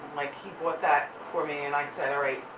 like, he bought that for me and i said, all right,